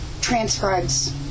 transcribes